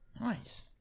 Nice